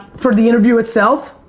for the interview itself?